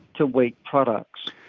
to wheat products.